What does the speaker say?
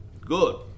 Good